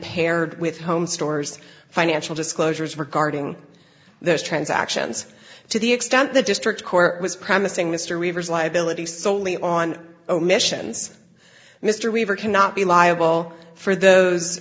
paired with home stores financial disclosures regarding those transactions to the extent the district court was promising mr rivers liability solely on omissions mr weaver cannot be liable for those